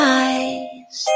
eyes